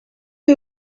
are